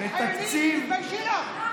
תתביישי לך.